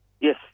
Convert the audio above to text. Yes